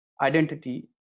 identity